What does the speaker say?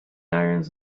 irons